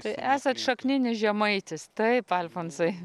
tai esat šakninis žemaitis taip alfonsai